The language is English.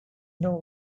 know